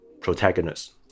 protagonist